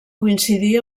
coincidí